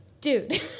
dude